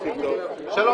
שלום